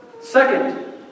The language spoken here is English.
Second